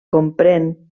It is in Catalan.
comprèn